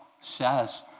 says